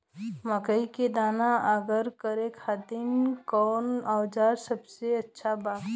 मकई के दाना अलग करे खातिर कौन औज़ार सबसे अच्छा बा?